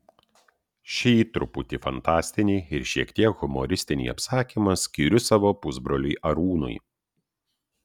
šį truputį fantastinį ir šiek tiek humoristinį apsakymą skiriu savo pusbroliui arūnui